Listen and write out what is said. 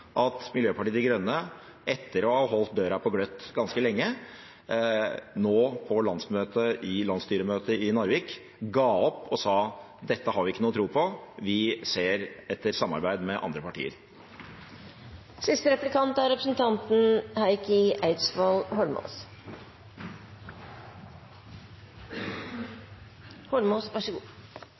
at Miljøpartiet De Grønne – etter å ha holdt døra på gløtt ganske lenge – nå på landsstyremøtet i Narvik ga opp, og sa: Dette har vi ikke noe tro på, vi ser etter samarbeid med andre partier.